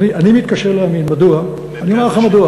אני מתקשה להאמין ואומר לך מדוע,